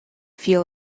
feel